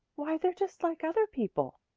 why, they're just like other people,